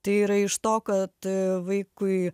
tai yra iš to kad vaikui